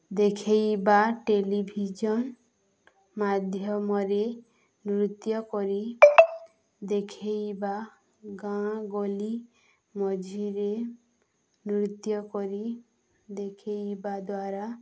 ଦେଖାଇବା ଟେଲିଭିଜନ୍ ମାଧ୍ୟମରେ ନୃତ୍ୟ କରି ଦେଖାଇବା ଗାଁ ଗହଳି ମଝିରେ ନୃତ୍ୟ କରି ଦେଖାଇବା ଦ୍ୱାରା